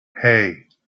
hey